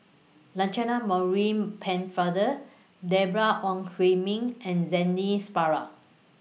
Lancelot Maurice Pennefather Deborah Ong Hui Min and Zainal Sapari